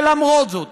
ולמרות זאת,